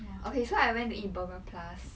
okay so I went to eat burger plus